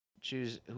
choose